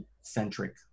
centric